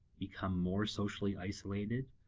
become more socially isolated,